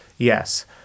Yes